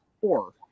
four